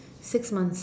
six months